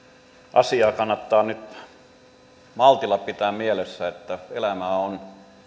asiaa kannattaa nyt maltilla pitää mielessä elämää on